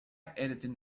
editing